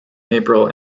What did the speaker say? april